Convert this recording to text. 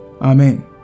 Amen